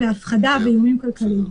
הפחדה ואיומים כלכליים.